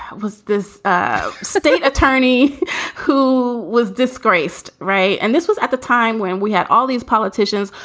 was this state attorney who was disgraced. right. and this was at the time when we had all these politicians,